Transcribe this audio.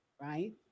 right